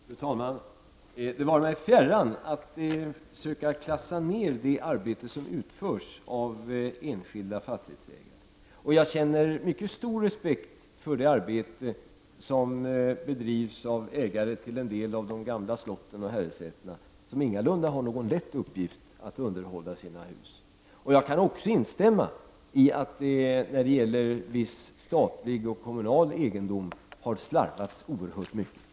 Fru talman! Det vore mig fjärran att söka klassa ned det arbete som utförs av enskilda fastighetsägare. Jag känner mycket stor respekt för det arbete som bedrivs av ägare till en del av de gamla slotten och herresätena, vilka ingalunda har någon lätt uppgift då det gäller att underhålla sina hus. Jag kan också instämma i att det när det gäller viss statlig och kommunal egendom har slarvats oerhört mycket.